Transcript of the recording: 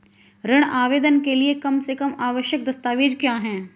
ऋण आवेदन के लिए कम से कम आवश्यक दस्तावेज़ क्या हैं?